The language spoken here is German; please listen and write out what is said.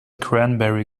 cranberry